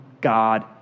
God